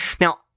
Now